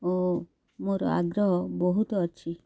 ଓ ମୋର ଆଗ୍ରହ ବହୁତ ଅଛି